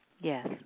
Yes